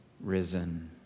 risen